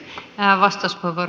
naavasta shower